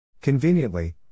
Conveniently